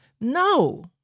No